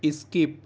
skip